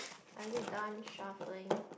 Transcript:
are you done shuffling